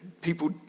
people